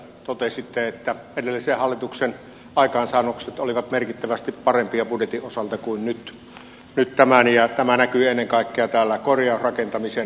totesitte että edellisen hallituksen aikaansaannokset olivat merkittävästi parempia budjetin osalta kuin nyt tämän ja tämä näkyy ennen kaikkea täällä korjausrakentamisen määrärahoissa